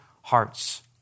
hearts